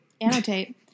annotate